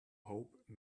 hope